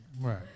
Right